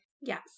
Yes